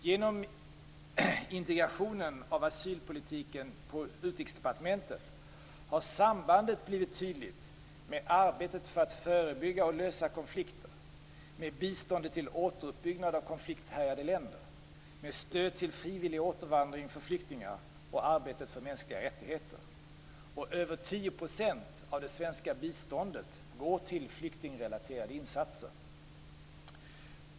Genom integrationen av asylpolitiken på Utrikesdepartementet har sambandet blivit tydligt med arbetet för att förebygga och lösa konflikter, med biståndet till återuppbyggnad av konflikthärjade länder, med stöd till frivillig återvandring för flyktingar och arbetet för mänskliga rättigheter. Över 10 % av det svenska biståndet går till flyktingrelaterade insatser.